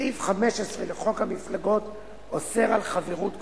סעיף 15 לחוק המפלגות אוסר חברות כפולה,